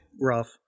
rough